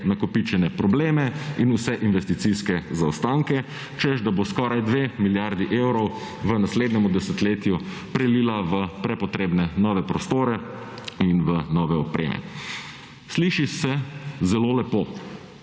nakopičene probleme in vse investicijske zaostanke, češ, da bo skoraj 2 milijardi evrov v naslednjem desetletju prelila v prepotrebne nove prostore in v nove opreme. Sliši se zelo lepo.